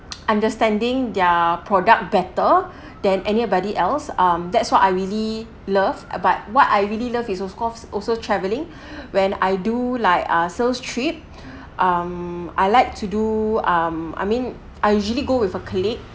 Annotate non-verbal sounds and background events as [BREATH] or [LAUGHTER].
understanding their product better [BREATH] than anybody else um that's what I really love uh but what I really love is so of course also travelling [BREATH] when I do like ah sales trip um I like to do um I mean I usually go with a colleague [BREATH]